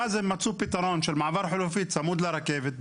ואז הם מצאו פתרון של מעבר חלופי צמוד לרכבת,